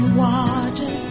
water